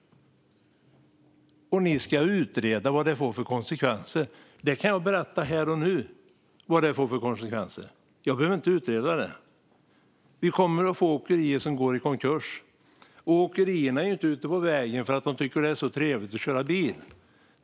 Ni ska utreda vad det får för konsekvenser. Jag kan berätta här och nu vad det får för konsekvenser. Jag behöver inte utreda det. Vi kommer att få åkerier som går i konkurs. Åkerierna är inte ute på vägen för att de tycker att det är så trevligt att köra.